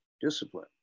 discipline